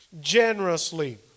generously